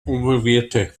promovierte